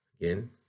Again